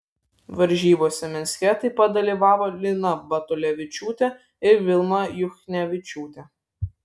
varžybose minske taip pat dalyvavo lina batulevičiūtė ir vilma juchnevičiūtė